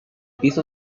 piso